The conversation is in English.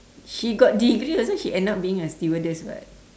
she got degree that's why she end up being a stewardess [what]